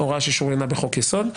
"הוראה ששוריינה בחוק יסוד".